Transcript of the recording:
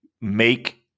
make